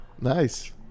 Nice